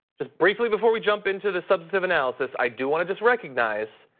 just briefly before we jump into the substantive analysis, i do wanna just recognize.